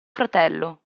fratello